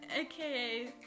AKA